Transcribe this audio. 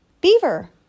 Beaver